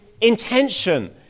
intention